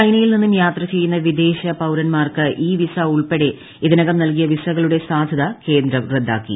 ചൈനയിൽ നിന്നും യാത്ര ചെയ്യുന്ന വിദേശ പൌരൻമാർക്ക് ഇ വിസ ഉൾപ്പെടെ ഇതിനകം നൽകിയ വിസകളുടെ സാധുത കേന്ദ്രം റദ്ദാക്കി